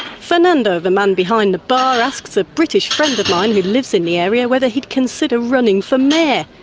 fernando, the man behind the bar asks a british friend of mine who lives in the area whether he'd consider running for mayor.